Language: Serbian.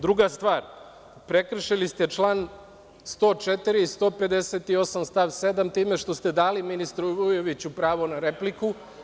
Druga stvar, prekršili ste član 104. i 158. stav 7. time što se dali ministru Vujoviću pravo na repliku.